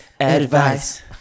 advice